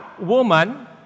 woman